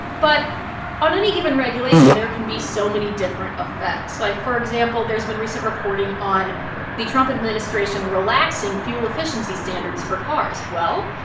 but on any given regulation, there can be so many different effects. like, for example, there's been recent reporting on the trump administration relaxing fuel efficiency standards for cars. well,